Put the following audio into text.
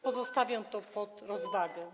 Pozostawię to pod rozwagę.